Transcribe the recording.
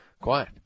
quiet